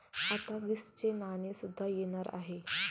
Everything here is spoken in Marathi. आता वीसचे नाणे सुद्धा येणार आहे